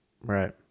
Right